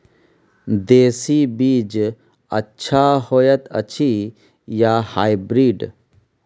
देसी बीज अच्छा होयत अछि या हाइब्रिड?